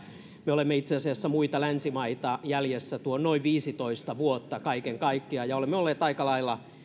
me olemme itse asiassa muita länsimaita jäljessä noin viisitoista vuotta kaiken kaikkiaan ja olemme olleet aika lailla